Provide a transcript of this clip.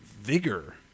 vigor